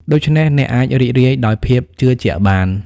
ដូច្នេះ អ្នកអាចរីករាយដោយភាពជឿជាក់បាន។